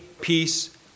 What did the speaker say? peace